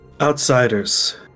Outsiders